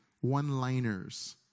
one-liners